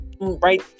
right